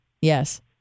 Yes